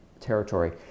territory